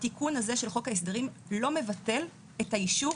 התיקון הזה של חוק ההסדרים לא מבטל את האישור